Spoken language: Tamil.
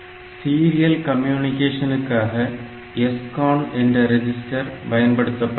சீரியல் கம்யூனிகேஷனுக்காக SCON என்ற ரெஜிஸ்டர் பயன்படுத்தப்படுகிறது